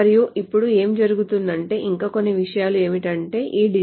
మరియు ఇప్పుడు ఏమి జరుగుతుందంటే ఇంకా కొన్ని విషయాలు ఏమిటంటే ఈ depositor